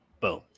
Boom